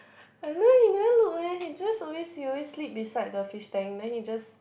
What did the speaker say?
you know he never look eh he just always he always sleep beside the fish tank then he just